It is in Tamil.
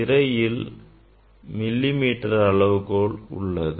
திரையில் மில்லிமீட்டர் அளவுகோல் உள்ளது